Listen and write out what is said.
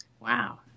Wow